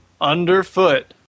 underfoot